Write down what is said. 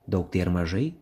daug tai ar mažai